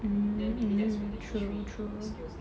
mm mm true true